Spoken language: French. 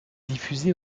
diffusé